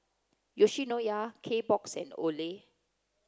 Yoshinoya Kbox and Olay